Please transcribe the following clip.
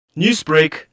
Newsbreak